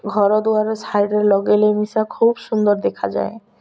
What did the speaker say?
ଘରଦୁଆର ସାଇଡ଼ରେ ଲଗେଇଲେ ମିଶା ଖୁବ୍ ସୁନ୍ଦର ଦେଖାଯାଏ